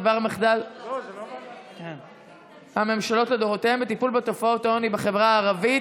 מחדל הממשלות לדורותיהן בטיפול בתופעת העוני בחברה הערבית,